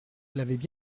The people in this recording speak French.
l’avaient